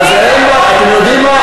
אתם יודעים מה,